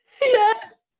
Yes